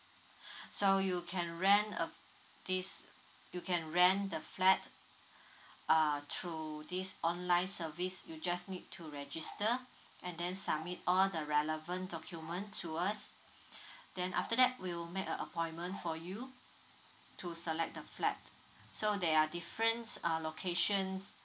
so you can rent uh this you can rent the flat err through this online service you just need to register and then submit all the relevant document to us then after that we will make uh appointment for you to select the flat so there are difference err locations